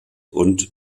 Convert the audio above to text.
und